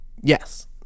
Yes